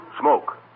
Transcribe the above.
Smoke